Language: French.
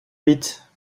vite